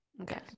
Okay